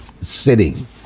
sitting